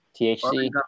thc